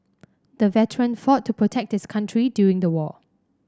the veteran fought to protect his country during the war